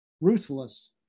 ruthless